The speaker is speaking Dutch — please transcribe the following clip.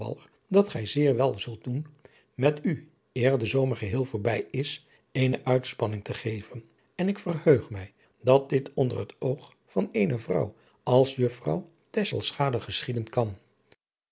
dat gij zeer wel zult doen met u eer de zomer geheel voorbij is eene uitspanning te geven en ik verheug mij dat dit onder het oog van eene vrouw als juffrouw tasselschade geschieden kan